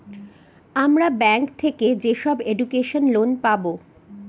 আমরা ব্যাঙ্ক থেকে যেসব এডুকেশন লোন পাবো